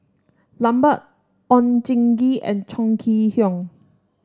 Lambert Oon Jin Gee and Chong Kee Hiong